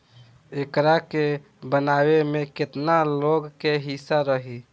एकरा के बनावे में केतना लोग के हिस्सा रही